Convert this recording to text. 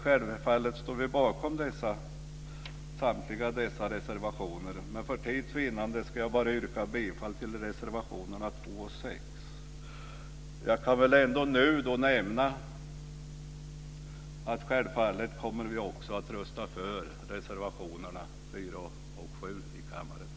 Självfallet står vi bakom samtliga dessa reservationer. Men för tids vinnande ska jag bara yrka bifall till reservationerna 2 och 6. Jag kan ändå nu nämna att vi självfallet också kommer att rösta för reservationerna 4 och 7 i kammaren.